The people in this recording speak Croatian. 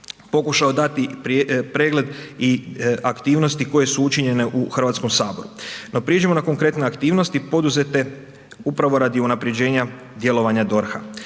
pokušao dati pregled i aktivnosti koje su učinjene u Hrvatskom saboru. No, prijeđimo na konkretne aktivnosti poduzete upravo radi unapređenja djelovanja DORH-a.